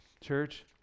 Church